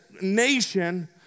nation